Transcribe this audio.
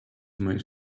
made